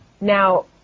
now